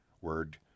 word